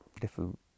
different